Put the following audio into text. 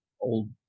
old